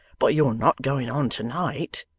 but you're not going on to-night